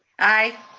aye.